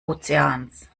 ozeans